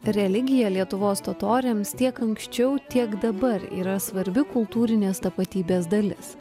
religija lietuvos totoriams tiek anksčiau tiek dabar yra svarbi kultūrinės tapatybės dalis